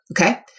Okay